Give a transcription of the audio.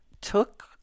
took